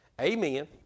Amen